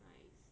nice